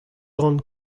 ran